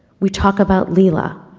we talk about lela,